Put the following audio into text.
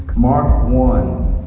mark one